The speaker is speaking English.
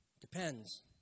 Depends